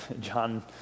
John